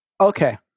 Okay